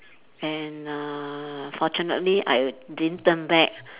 and uh fortunately I didn't turn back